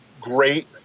great